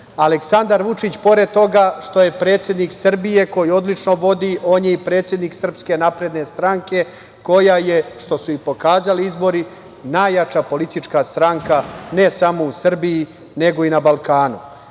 Vučić. Aleksandar Vučić, pored toga što je predsednik Srbije, koju odlično vodi, on je i predsednik SNS, koja je, što su i pokazali izbori, najjača politička stranka, ne samo u Srbiji, nego i na Balkanu. Zato